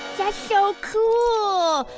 that's so cool!